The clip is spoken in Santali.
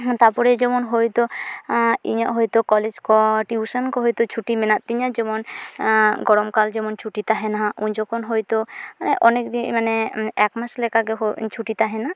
ᱛᱟᱯᱚᱨᱮ ᱡᱮᱢᱚᱱ ᱦᱚᱭᱛᱚ ᱤᱧᱟᱹᱜ ᱦᱚᱭᱛᱚ ᱠᱚᱞᱮᱡᱽ ᱠᱚ ᱴᱤᱩᱥᱚᱱ ᱠᱚ ᱦᱚᱭᱛᱚ ᱪᱷᱩᱴᱤ ᱢᱮᱱᱟᱜ ᱛᱤᱧᱟ ᱡᱮᱢᱚᱱ ᱜᱚᱨᱚᱢᱠᱟᱞ ᱡᱮᱢᱚᱱ ᱪᱷᱩᱴᱤ ᱛᱟᱦᱮᱱᱟᱼᱦᱟᱸᱜ ᱩᱱ ᱡᱚᱠᱷᱚᱱ ᱦᱚᱭᱛᱚ ᱢᱟᱱᱮ ᱮᱠᱢᱟᱥ ᱞᱮᱠᱟᱜᱮ ᱪᱷᱩᱴᱤ ᱛᱟᱦᱮᱱᱟ